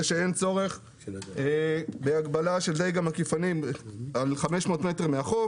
שאין צורך בהגבלה של דיג המקיפנים 500 מטר מהחוף.